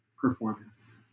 performance